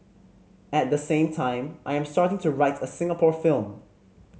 at the same time I am starting to write a Singapore film